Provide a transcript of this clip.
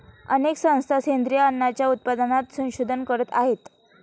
अनेक संस्था सेंद्रिय अन्नाच्या उत्पादनात संशोधन करत आहेत